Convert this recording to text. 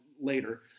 later